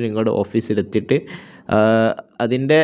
മണിയൊക്കെയാകുമ്പോഴത്തേക്കും നിങ്ങളുടെ ഓഫീസിലെത്തിയിട്ട് അതിൻ്റെ